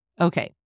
Okay